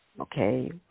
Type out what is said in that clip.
Okay